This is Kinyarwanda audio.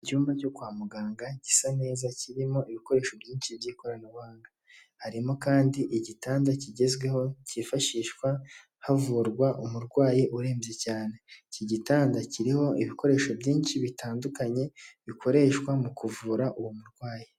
Icyumba cyo kwa muganga gisa neza kirimo ibikoresho byinshi by'ikoranabuhanga. Harimo kandi igitanda kigezweho cyifashishwa havurwa umurwayi urembye cyane. Iki gitanda kiriho ibikoresho byinshi bitandukanye bikoreshwa mu kuvura uwo murwayi.